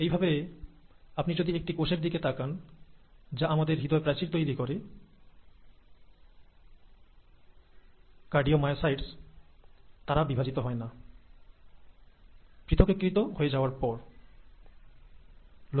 একইরকমভাবে আপনি যদি একটি কোষের দিকে তাকান যে আমাদের হৃদপিন্ডের প্রাচীর তৈরি করে কার্ডিওমায়সাইটস 'ডিফারেনশিয়েটড' হওয়ার পর বিভাজিত হয় না